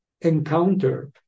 encounter